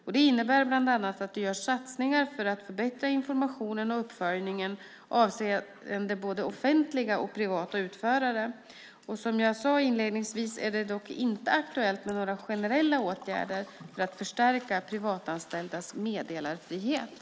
Detta innebär bland annat att det görs satsningar för att förbättra informationen och uppföljningen avseende både offentliga och privata utförare. Som jag sa inledningsvis är det dock inte aktuellt med några generella åtgärder för att förstärka privatanställdas meddelarfrihet.